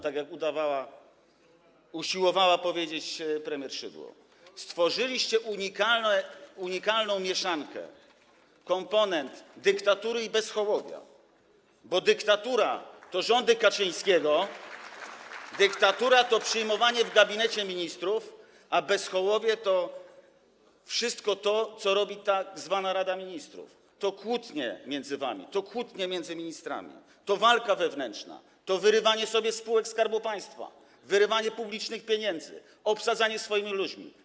tak jak udawała, usiłowała powiedzieć premier Szydło, stworzyliście unikalną mieszankę komponent dyktatury i bezhołowia, bo dyktatura to rządy Kaczyńskiego, dyktatura to przyjmowanie w gabinecie ministrów, a bezhołowie to wszystko to, co robi tak zwana Rada Ministrów - to kłótnie między wami, to kłótnie między ministrami, to walka wewnętrzna, to wyrywanie sobie spółek Skarbu Państwa, wyrywanie publicznych pieniędzy, obsadzanie spółek swoimi ludźmi.